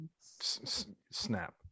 Snap